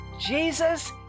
Jesus